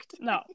no